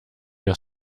your